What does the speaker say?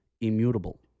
immutable